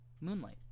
Moonlight